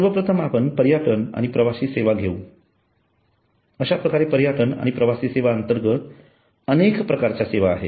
सर्वप्रथम आपण पर्यटन आणि प्रवासी सेवा घेवू अश्याप्रकारे पर्यटन आणि प्रवास सेवा अंतर्गत अनेक प्रकारच्या सेवा आहेत